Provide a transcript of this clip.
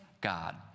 God